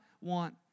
want